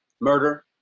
murder